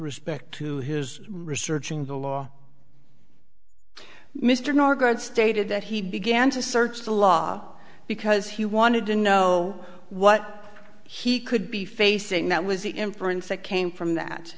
respect to his researching the law mr norgaard stated that he began to search the law because he wanted to know what he could be facing that was the inference that came from that